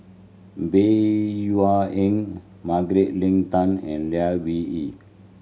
Bey Wua Eng Margaret Leng Tan and Lai Weijie